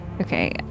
Okay